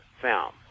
film